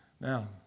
Now